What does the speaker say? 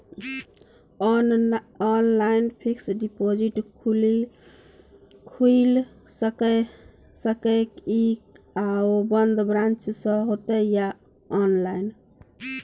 Online fixed deposit खुईल सके इ आ ओ बन्द ब्रांच स होतै या ऑनलाइन?